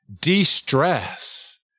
De-stress